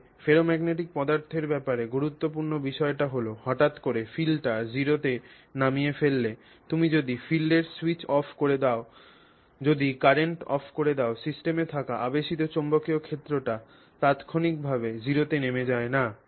তবে ফেরোম্যাগনেটিক পদার্থের ব্যাপারে গুরুত্বপূর্ণ বিষয়টি হল হঠাৎ করে ফিল্ডটি 0 তে নামিয়ে ফেললে তুমি যদি ফিল্ডের স্যুইচ অফ করে দাও যদি কারেন্ট অফ করে দাও সিস্টেমে থাকা আবেশিত চৌম্বক ক্ষেত্রটি তাৎক্ষণিকভাবে 0 তে নেমে যায় না